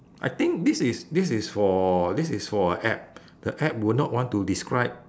I think this is this is for this is for app the app would not want to describe